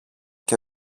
και